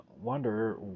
wonder